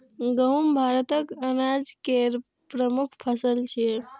गहूम भारतक अनाज केर प्रमुख फसल छियै